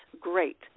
great